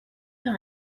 par